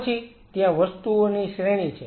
પછી ત્યાં વસ્તુઓની શ્રેણી છે